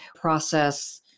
process